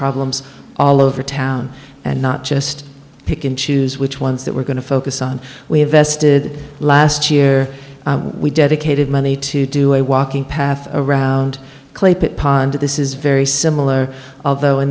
problems all over town and not just pick and choose which ones that we're going to focus on we have vested last year we dedicated money to do a walking path around clay pit pond this is very similar although in